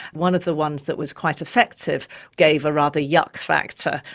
one of the ones that was quite effective gave a rather yuck factor,